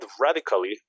radically